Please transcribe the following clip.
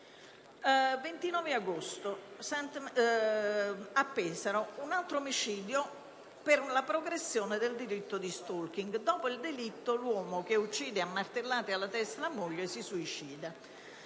29 agosto, a Pesaro, avviene un altro omicidio per la progressione del diritto di *stalking*; dopo il delitto l'uomo, che uccide a martellate alla testa la moglie, tenta